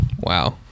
Wow